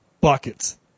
buckets